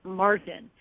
margin